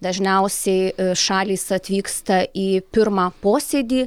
dažniausiai šalys atvyksta į pirmą posėdį